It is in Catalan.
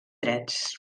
drets